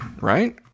right